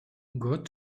got